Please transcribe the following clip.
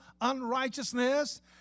unrighteousness